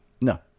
No